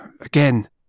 again